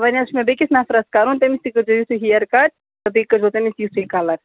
وۄنۍ حظ چھِ مےٚ بیٚیہِ کِس نفرَس کرُن تٔمِس تہِ کٔرۍزیو یُتھُے ہِیَر کَٹ بیٚیہِ کٔرۍزیو تٔمِس تہِ یُتھُے کَلَر